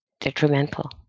detrimental